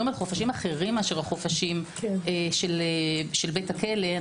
בחופשים אחרים מאשר החופשים של בית הכלא.